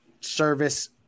service